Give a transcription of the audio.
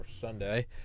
Sunday